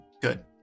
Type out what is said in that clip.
Good